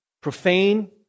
profane